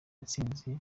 ntsinzi